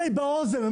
אתם